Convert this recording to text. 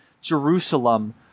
Jerusalem